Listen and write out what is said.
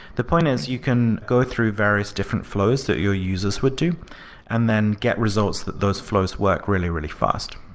the point is you can go through various different flows that your users would do and then get results that those flows work really, really fast.